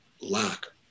lack